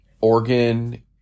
organ